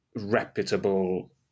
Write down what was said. reputable